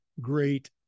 great